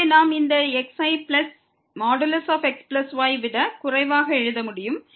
எனவே நாம் இந்த x ஐ பிளஸ் xy விட குறைவாக எழுத முடியும்